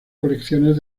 colecciones